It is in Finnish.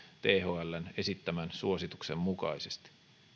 thln esittämän suosituksen mukaisesti